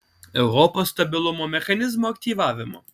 europos stabilumo mechanizmo aktyvavimo